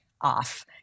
off